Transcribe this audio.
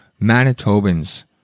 Manitobans